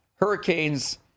Hurricanes